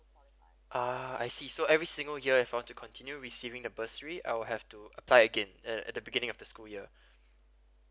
uh I see so every single year if I want to continue receiving the bursary I'll have to apply again at at the beginning of the school year